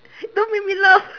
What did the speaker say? don't make me laugh